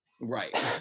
right